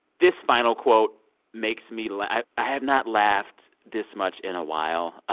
this final quote makes me laugh i have not laughed this much in a while.